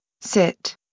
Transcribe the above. sit